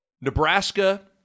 Nebraska